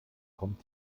kommt